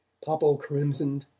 popple crimsoned,